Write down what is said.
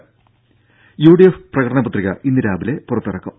ത UDF പ്രകടന പത്രിക ഇന്ന് രാവിലെ പുറത്തിറക്കും